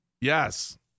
Yes